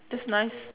that's nice